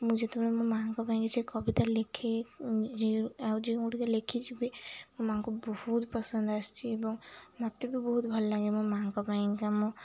ମୁଁ ଯେତେବେଳେ ମୋ ମାଆଙ୍କ ପାଇଁକ ସେ କବିତା ଲେଖେ ଆଉ ଯେଉଁଗୁଡ଼ିକ ଲେଖିଛି ବି ମୋ ମାଆଙ୍କୁ ବହୁତ ପସନ୍ଦ ଆସିଛି ଏବଂ ମୋତେ ବି ବହୁତ ଭଲ ଲାଗେ ମୋ ମାଆଙ୍କ ପାଇଁକା ମୋ